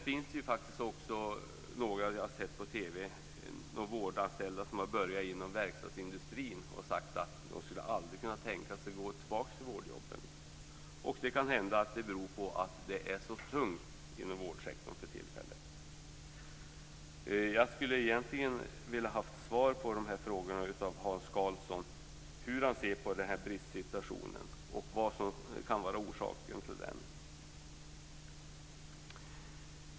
Jag har sett på TV att det finns vårdanställda som har börjat inom verkstadsindustrin och som säger att de aldrig skulle kunna tänka sig att gå tillbaka till vårdjobben. Det kan hända att det beror på att det för tillfället är så tungt inom vårdsektorn. Jag skulle egentligen vilja ha svar av Hans Karlsson om hur han ser på bristsituationen och vad som kan vara orsaken till den.